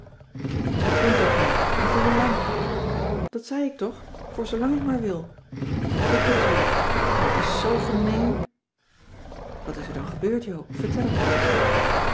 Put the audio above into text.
kind hoe komt dat nu en voor hoelang dat zei ik toch voor zoolang ik maar wil voor goed natuurlijk o t is zoo gemeen wat is er dan gebeurd joop vertel t me eens